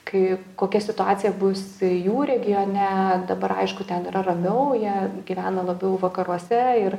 kai kokia situacija bus jų regione dabar aišku ten yra ramiau jie gyvena labiau vakaruose ir